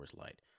Light